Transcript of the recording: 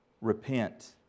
Repent